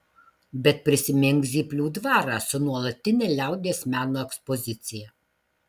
bet prisimink zyplių dvarą su nuolatine liaudies meno ekspozicija